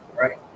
right